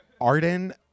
Arden